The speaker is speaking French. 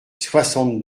soixante